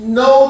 no